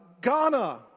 Ghana